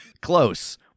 Close